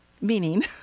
Meaning